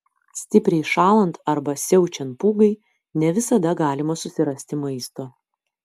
stipriai šąlant arba siaučiant pūgai ne visada galima susirasti maisto